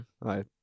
right